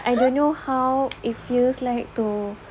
I don't know how it feels like to